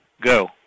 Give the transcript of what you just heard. go